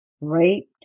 raped